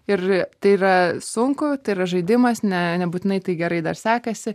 ir tai yra sunku tai yra žaidimas ne nebūtinai tai gerai dar sekasi